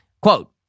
Quote